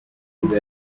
nibwo